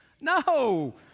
No